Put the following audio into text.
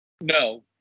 No